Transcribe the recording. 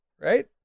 right